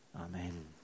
Amen